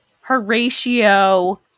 Horatio